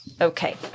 Okay